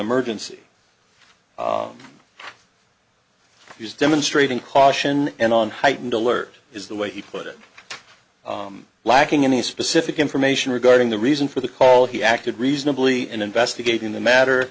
emergency he was demonstrating caution and on heightened alert is the way he put it lacking any specific information regarding the reason for the call he acted reasonably and investigating the matter